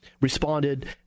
responded